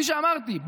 כפי שאמרתי,